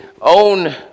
own